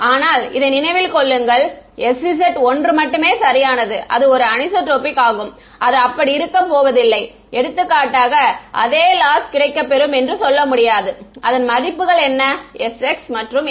ஆனால் இதை நினைவில் கொள்ளுங்கள் sz ஒன்று மட்டுமே சரியானது அது ஒரு அனிசோட்ரோபிக் ஆகும் அது அப்படி இருக்க போவதில்லை எடுத்துக்காட்டாக அதே லாஸ் கிடைக்க பெரும் என்று சொல்ல முடியாது அதன் மதிப்புகள் என்ன sx மற்றும் sy